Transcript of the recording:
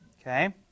Okay